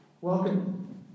Welcome